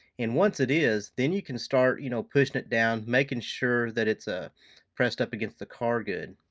and once it is then you can start you know pushing it down, making sure that it's ah pressed up against the car good.